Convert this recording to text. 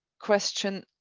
question.